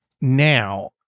now